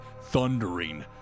thundering